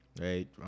right